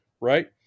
Right